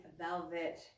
velvet